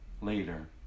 later